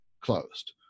closed